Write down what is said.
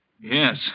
Yes